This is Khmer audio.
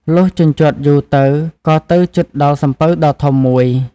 លុះជញ្ជាត់យូរទៅ ក៏ទៅជិតដល់សំពៅដ៏ធំមួយ។